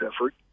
effort